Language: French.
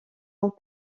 ont